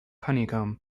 honeycomb